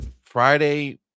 Friday